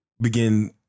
begin